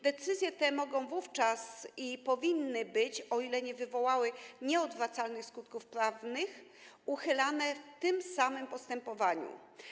Decyzje te mogą wówczas być - i powinny, o ile nie wywołały nieodwracalnych skutków prawnych - uchylane w tym samym postępowaniu.